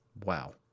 Wow